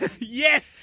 yes